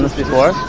before?